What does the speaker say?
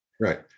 Right